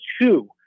two